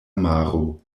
maro